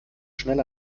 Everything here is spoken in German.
schnell